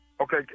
Okay